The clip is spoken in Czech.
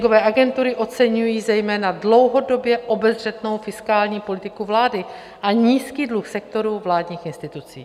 Ratingové agentury oceňují zejména dlouhodobě obezřetnou fiskální politiku vlády a nízký dluh sektoru vládních institucí.